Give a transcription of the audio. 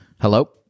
Hello